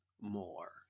more